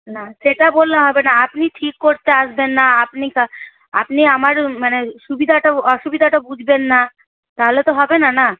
না সেটা বললে হবে না আপনি ঠিক করতে আসবেন না আপনি আপনি আমার মানে সুবিধাটা আসুবিধাটা বুঝবেন না তাহলে তো হবে না না